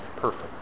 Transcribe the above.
perfect